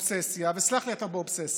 באובססיה, וסלח לי, אתה באובססיה,